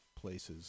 places